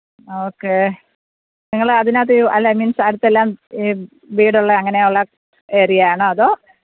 okay നിങ്ങൾ അതിനകത്ത് അല്ല മീന്സ് അടുത്തെല്ലാം ഈ വീടുള്ള അങ്ങനെ ഉള്ള ഏരിയയാണോ അതോ